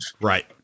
right